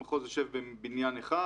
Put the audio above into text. המחוז יושב בבניין אחד,